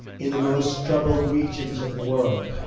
in the most troubled regions of the world,